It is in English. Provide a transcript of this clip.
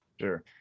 Sure